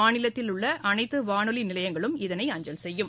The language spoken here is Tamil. மாநிலத்தில் உள்ளஅனைத்துவானொலிநிலையங்களும் இதனை அஞ்சல் செய்யும்